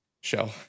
show